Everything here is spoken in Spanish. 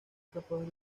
capaz